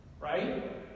Right